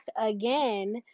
again